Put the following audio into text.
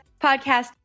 Podcast